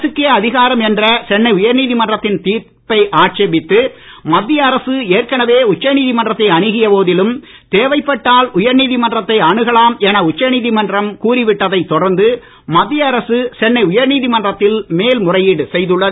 அரசுக்கே அதிகாரம் என்ற சென்னை உயர்நீதிமன்றத்தின் தீர்ப்பை ஆட்சேபித்து மத்திய அரசு ஏற்கனவே போதிலும் தேவைப்பட்டால் உச்சநீதிமன்றத்தை அணுகிய உயர்நீதிமன்றத்தை அணுகலாம் என உச்சநீதிமன்றம் கூறிவிட்டதைத் தொடர்ந்து மத்திய அரசு சென்னை உயர்நீதிமன்றத்தில் மேல் முறையீடு செய்துள்ளது